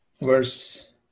verse